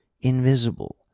invisible